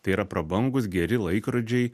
tai yra prabangūs geri laikrodžiai